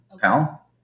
pal